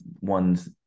one's